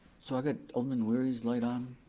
so i got alderman wery's light on.